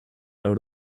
out